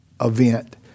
event